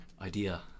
idea